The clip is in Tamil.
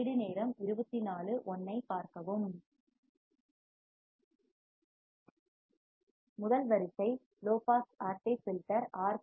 முதல் வரிசை first order low pass active filter R